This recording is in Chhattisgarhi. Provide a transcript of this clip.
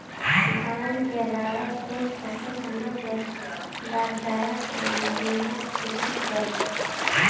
धान के अलावा कौन फसल हमर बर लाभदायक होही जेला खेती करबो?